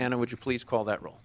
and it would you please call that rol